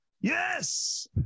Yes